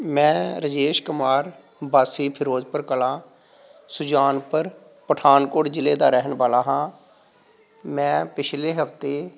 ਮੈਂ ਰਜੇਸ਼ ਕੁਮਾਰ ਵਾਸੀ ਫਿਰੋਜ਼ਪੁਰ ਕਲਾਂ ਸੁਜਾਨਪੁਰ ਪਠਾਨਕੋਟ ਜ਼ਿਲ੍ਹੇ ਦਾ ਰਹਿਣ ਵਾਲਾ ਹਾਂ ਮੈਂ ਪਿਛਲੇ ਹਫ਼ਤੇ